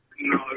No